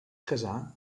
casà